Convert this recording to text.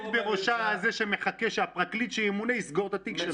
בראשה זה שמחכה שהפרקליט שימונה יסגור את התיק שלו.